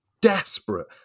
desperate